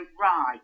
right